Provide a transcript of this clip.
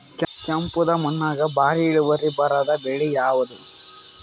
ಕೆಂಪುದ ಮಣ್ಣಾಗ ಭಾರಿ ಇಳುವರಿ ಬರಾದ ಬೆಳಿ ಯಾವುದು?